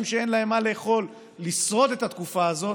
שאין להם מה לאכול לשרוד את התקופה הזאת,